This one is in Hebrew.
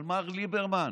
אבל מר ליברמן,